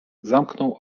zamknął